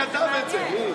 מי כתב את זה?